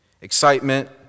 Excitement